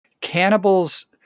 Cannibals